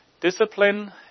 Discipline